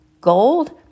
Gold